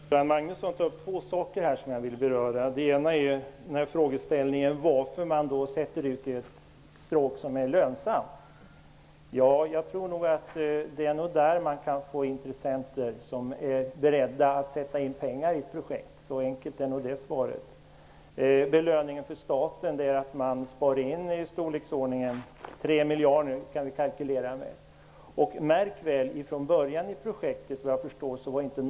Herr talman! Göran Magnusson tog upp två saker som jag vill beröra. Den ena är frågan varför man sätter ut ett stråk som är lönsamt. Jag tror att det är där man kan få intressenter som är beredda att satsa pengar på projektet. Så enkelt är det. Belöningen för staten är att man spar in i storleksordningen 3 miljarder. Märk väl att norra böjen i början av projektet inte var med.